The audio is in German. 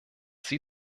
sie